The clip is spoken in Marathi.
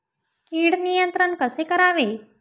कीड नियंत्रण कसे करावे?